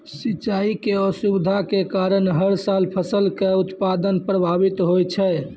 सिंचाई के असुविधा के कारण हर साल फसल के उत्पादन प्रभावित होय छै